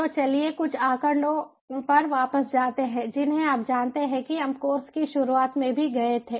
तो चलिए कुछ आंकड़ों पर वापस जाते हैं जिन्हें आप जानते हैं कि हम कोर्स की शुरुआत में भी गए थे